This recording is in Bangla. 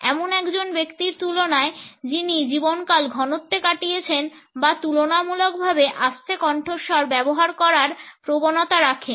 এমন একজন ব্যক্তির তুলনায় যিনি জীবনকাল ঘনত্বে কাটিয়েছেন বা তুলনামূলকভাবে আস্তে কণ্ঠস্বর ব্যবহার করার প্রবণতা রাখেন